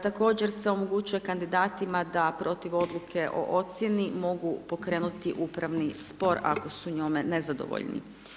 Također se omogućuje kandidatima da protiv odluke o ocjeni mogu pokrenuti upravni spor, ako su njome nezadovoljni.